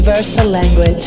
language